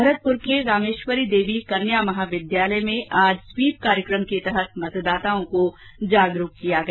भरतपुर के रामेश्वरी देवी कन्या महाविद्यालय में आज स्वीप कार्यक्रम के तहत मतदाताओं को जागरूक किया गया